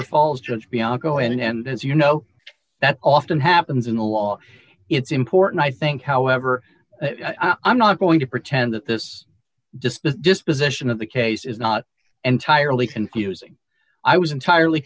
or falls just bianco and as you know that often happens in the law it's important i think however i'm not going to pretend that this just the disposition of the case is not entirely confusing i was entirely